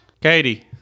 Katie